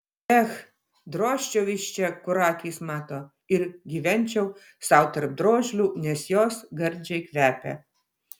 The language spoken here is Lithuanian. ech drožčiau iš čia kur akys mato ir gyvenčiau sau tarp drožlių nes jos gardžiai kvepia